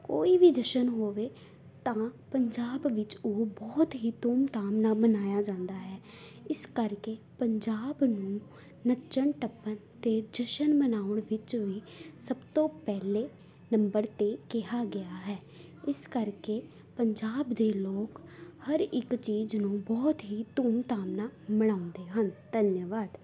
ਕੋਈ ਵੀ ਜਸ਼ਨ ਹੋਵੇ ਤਾਂ ਪੰਜਾਬ ਵਿੱਚ ਉਹ ਬਹੁਤ ਹੀ ਧੂਮ ਧਾਮ ਨਾਲ ਮਨਾਇਆ ਜਾਂਦਾ ਹੈ ਇਸ ਕਰਕੇ ਪੰਜਾਬ ਨੂੰ ਨੱਚਣ ਟੱਪਣ ਅਤੇ ਜਸ਼ਨ ਮਨਾਉਣ ਵਿੱਚ ਵੀ ਸਭ ਤੋਂ ਪਹਿਲੇ ਨੰਬਰ 'ਤੇ ਕਿਹਾ ਗਿਆ ਹੈ ਇਸ ਕਰਕੇ ਪੰਜਾਬ ਦੇ ਲੋਕ ਹਰ ਇੱਕ ਚੀਜ਼ ਨੂੰ ਬਹੁਤ ਹੀ ਧੂਮ ਧਾਮ ਨਾਲ ਮਨਾਉਂਦੇ ਹਨ ਧੰਨਵਾਦ